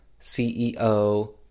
CEO